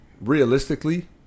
realistically